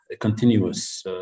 continuous